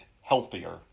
healthier